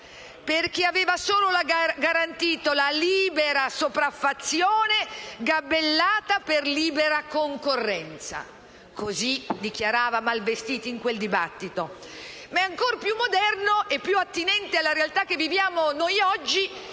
perché aveva solo garantito la libera sopraffazione gabellata per libera concorrenza. Così dichiarava Malvestiti in quel dibattito. Ma ancor più moderno, e più attinente alla realtà che viviamo noi oggi,